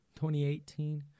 2018